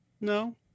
No